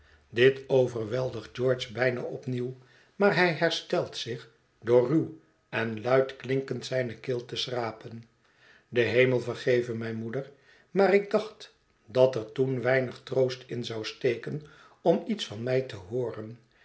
dit overweldigt george bijna opnieuw maar hij herstelt zich door ruw en luidklinkend zijne keel te schrapen de hemel vergeve mij moeder maar ik dacht dat er toen weinig troost in zou steken om iets van mij te hooren